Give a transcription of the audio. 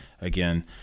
again